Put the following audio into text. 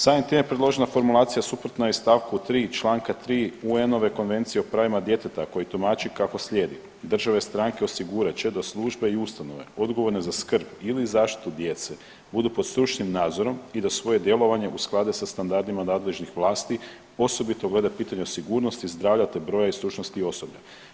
Samim time predložena formulacija suprotna je st. 3. čl. 3. UN-ove Konvencije o pravima djeteta koji tumači kako slijedi, države stranke osigurat će da službe i ustanove odgovorne za skrb ili zaštitu djece budu pod stručnim nadzorom i da svoje djelovanje usklade sa standardima nadležnih vlasti osobito glede pitanja sigurnosti, zdravlja, te broja i stručnosti osoblja.